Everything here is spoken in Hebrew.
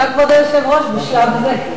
אתה כבוד היושב-ראש בשלב זה.